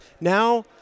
now